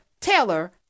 Taylor